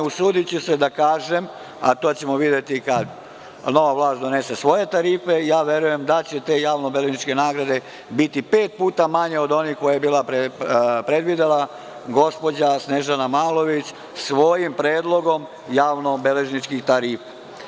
Usudiću se da kažem, a to ćemo videti kad nova vlast donese nove tarife, da verujem da će te javno-beležničke nagrade biti pet puta manje od onih koje je predvidela gospođa Snežana Malović svojim predlogom javno-beležničkih tarifa.